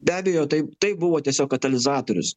be abejo taip tai buvo tiesiog katalizatorius